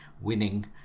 winning